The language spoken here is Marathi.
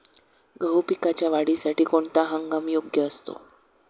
गहू पिकाच्या वाढीसाठी कोणता हंगाम योग्य असतो?